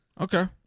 Okay